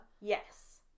Yes